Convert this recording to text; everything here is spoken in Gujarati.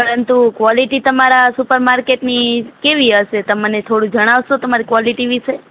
પરંતુ ક્વોલિટી તમારા સુપરમાર્કેટની કેવી હશે તમે મને થોડું જણાવશો તમારી ક્વોલિટી વિશે